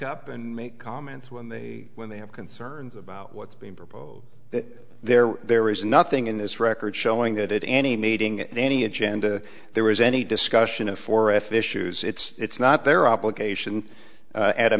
up and make comments when they when they have concerns about what's being proposed there there is nothing in this record showing that at any meeting in any agenda there was any discussion of four if issues it's not their obligation at a